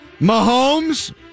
Mahomes